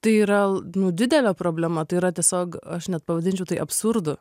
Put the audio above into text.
tai yra nu didelė problema tai yra tiesiog aš net pavadinčiau tai absurdu